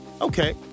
Okay